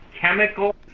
chemical